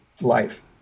life